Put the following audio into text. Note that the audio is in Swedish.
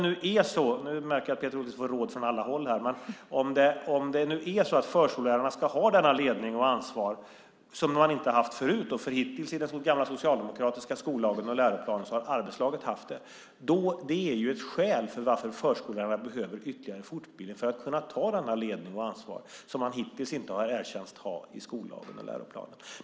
Nu märker jag att Peter Hultqvist får råd från alla håll här. Men om det nu är så att förskollärarna ska ha denna ledning och detta ansvar som man inte haft förut - i den gamla socialdemokratiska skollagen och läroplanen har arbetslaget haft det - är det ett skäl för att förskollärarna behöver ytterligare fortbildning för att kunna ta denna ledning och detta ansvar som man hittills inte har erkänts ha i skollagen och läroplanen.